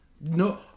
No